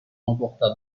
emporta